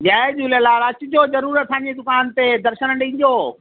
जय झूलेलाल अचिजो ज़रूरु असांजी दुकान ते दर्शन ॾिजो